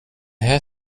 här